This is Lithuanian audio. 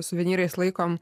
suvenyrais laikom